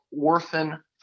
orphan